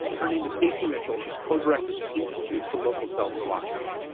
her name is stacy mitchell, she's co-director of the institute for local self-reliance.